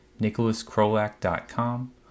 nicholaskrolak.com